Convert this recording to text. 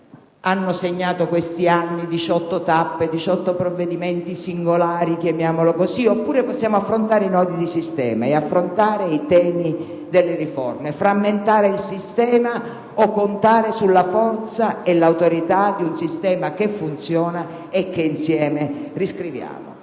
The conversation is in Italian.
hanno segnato questi anni, con 18 tappe, 18 provvedimenti singolari, oppure si possono affrontare i nodi di sistema e i temi delle riforme. Frammentare un sistema o contare sulla forza e l'autorità di un sistema che funziona e che insieme riscriviamo.